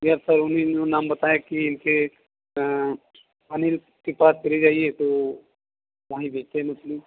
yes sir उन्हीं ने नाम बताए की कि अनिल के पास चले जाइए तो वही बेचते हैं मछली